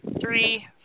Three